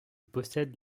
possède